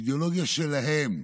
האידיאולוגיה שלהם,